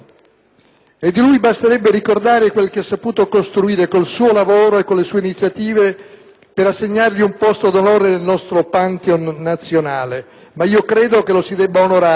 E di lui basterebbe ricordare quello che ha saputo costruire con il suo lavoro e con le sue iniziative per assegnargli un posto d'onore nel nostro Pantheon nazionale. Ma io credo che lo si debba onorare,